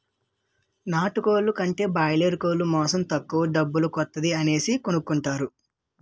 నాటుకోలు కంటా బాయలేరుకోలు మాసం తక్కువ డబ్బుల కొత్తాది అనేసి కొనుకుంటారు